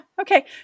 Okay